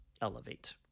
elevate